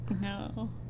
No